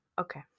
okay